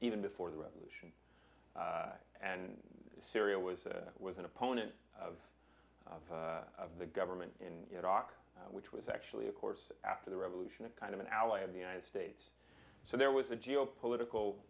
even before the revolution and syria was was an opponent of of the government in iraq which was actually of course after the revolution a kind of an ally of the united states so there was a geo political